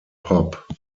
pop